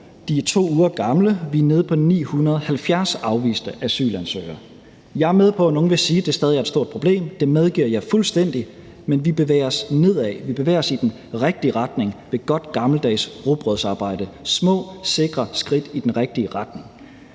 det er 2 uger gammelt: Vi er nede på 970 afviste asylansøgere. Jeg er med på, at nogle vil sige, at det stadig er et stort problem – det medgiver jeg fuldstændig – men vi bevæger os nedad, vi bevæger os i den rigtige retning. Det er godt gammeldags rugbrødsarbejde: små, sikre skridt i den rigtige retning.